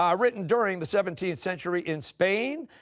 um written during the seventeenth century in spain,